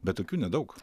bet tokių nedaug